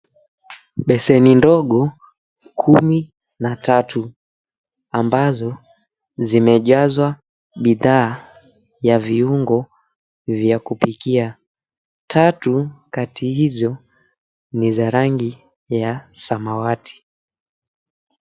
Beseni ndogo, kumi na tatu, ambazo zimejazwa bidhaa ya viungo vya kupikia. Tatu kati hizo, ni za rangi ya samawati.